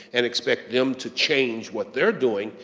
and expect them to change what they're doing,